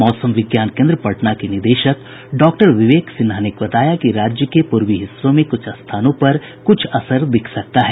मौसम विज्ञान केन्द्र पटना के निदेशक डॉक्टर विवेक सिन्हा ने बताया कि राज्य के पूर्वी हिस्सों में कुछ स्थानों पर कुछ असर दिख सकता है